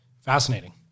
Fascinating